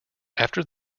after